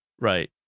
right